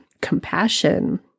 compassion